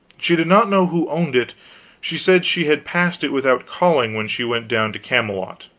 she did not know who owned it she said she had passed it without calling, when she went down to camelot.